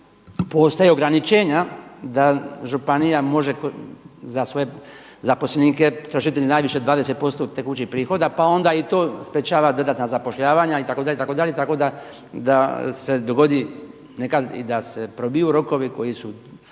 postoje ograničenja da županija može za svoje zaposlenike trošiti najviše 20% tekućih prihoda pa onda i to sprječava dodatna zapošljavanja itd., itd.. Tako da se dogodi nekad i da se probiju rokovi koji bi